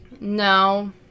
No